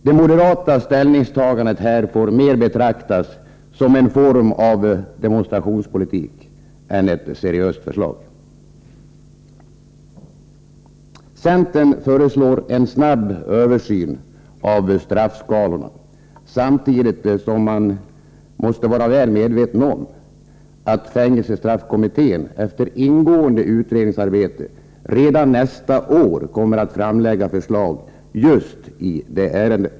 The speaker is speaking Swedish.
Det moderata ställningstagandet får ses mera som en form av demonstrationspolitik än som ett seriöst förslag. Från centerns sida föreslår man en snabb översyn av straffskalorna, samtidigt som man måste vara väl medveten om att fängelsestraffkommittén efter ingående utredningsarbete redan nästa år kommer att framlägga förslag just i detta ärende.